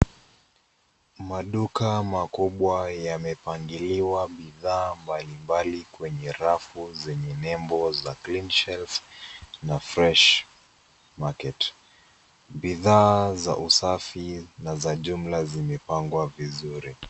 Maduka makubwa yamepangiliwa bidhaa mbalimbali kwenye rafu zenye nembo za clean shelf na fresh market. Bidhaa za usafi na za jumla zimepangwa vizuri.